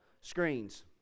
screens